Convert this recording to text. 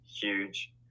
huge